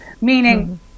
Meaning